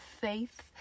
faith